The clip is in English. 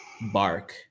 bark